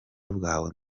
bwawe